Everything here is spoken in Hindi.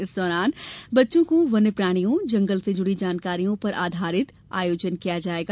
इस दौरान बच्चों को वन्य प्राणियों जंगल से जुड़ी जानकारियों पर आधारित आयोजन किया जायेगा